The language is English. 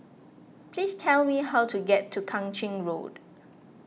please tell me how to get to Kang Ching Road